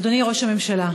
אדוני ראש הממשלה,